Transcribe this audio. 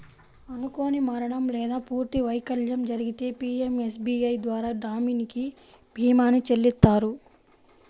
అనుకోని మరణం లేదా పూర్తి వైకల్యం జరిగితే పీయంఎస్బీఐ ద్వారా నామినీకి భీమాని చెల్లిత్తారు